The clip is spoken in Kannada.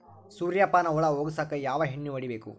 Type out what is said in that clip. ಸುರ್ಯಪಾನ ಹುಳ ಹೊಗಸಕ ಯಾವ ಎಣ್ಣೆ ಹೊಡಿಬೇಕು?